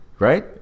Right